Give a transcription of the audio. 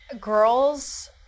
Girls